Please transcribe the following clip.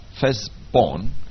firstborn